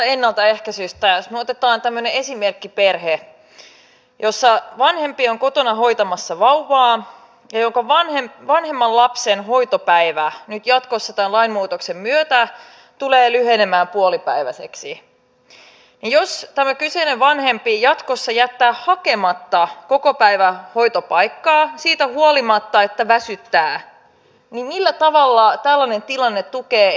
jos me otamme tämmöisen esimerkkiperheen jossa vanhempi on kotona hoitamassa vauvaa ja jonka vanhemman lapsen hoitopäivä nyt jatkossa tämän lainmuutoksen myötä tulee lyhenemään puolipäiväiseksi niin jos tämä kyseinen vanhempi jatkossa jättää hakematta kokopäivähoitopaikkaa siitä huolimatta että väsyttää niin millä tavalla tällainen tilanne tukee ennaltaehkäisyä